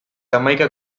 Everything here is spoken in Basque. hamaika